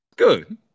Good